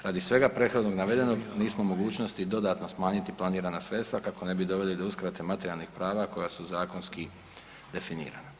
Radi svega prethodno navedenog nismo u mogućnosti dodatno smanjiti planirana sredstva kako ne bi doveli do uskrate materijalnih prava koja su zakonski definirana.